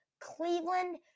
cleveland